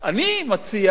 אני מציע,